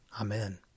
Amen